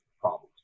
problems